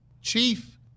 chief